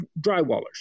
drywallers